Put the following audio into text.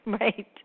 right